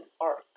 arc